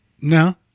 no